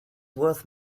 worth